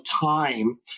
time